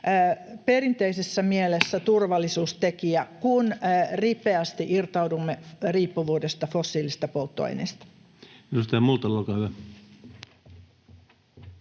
perinteisessä mielessä turvallisuustekijä, kun ripeästi irtaudumme riippuvuudesta fossiilisista polttoaineista. [Speech 32] Speaker: